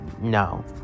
No